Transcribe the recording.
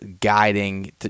guiding